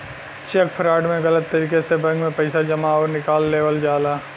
check fraud में गलत तरीके से बैंक में पैसा जमा आउर निकाल लेवल जाला